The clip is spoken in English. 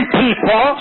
people